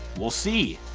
we'll see.